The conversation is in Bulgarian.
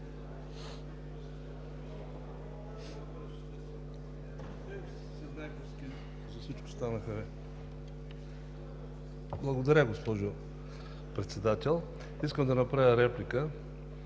Благодаря, госпожо Председател. Искам да направя реплика